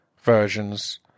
versions